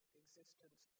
existence